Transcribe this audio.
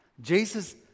Jesus